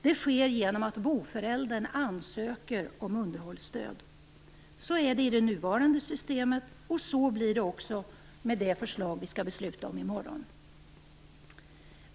Det sker genom att boföräldern ansöker om underhållsstöd. Så är det i det nuvarande systemet och så blir det också med det förslag vi skall besluta om i morgon.